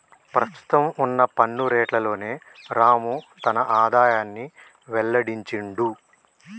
ప్రస్తుతం వున్న పన్ను రేట్లలోనే రాము తన ఆదాయాన్ని వెల్లడించిండు